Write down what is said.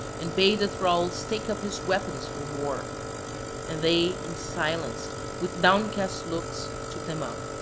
and bade the thralls take up his weapons for war and they in silence with downcast looks took them up.